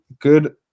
good